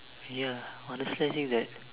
ya honestly I think that